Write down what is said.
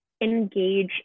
engage